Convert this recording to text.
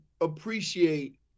appreciate